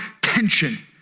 tension